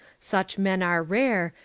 such men are rare,